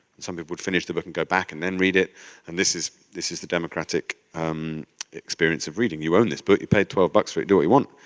some people would finish the book and go back and then read it. mp and this is this is the democratic experience of reading, you own this book, you paid twelve bucks for it, do what you want.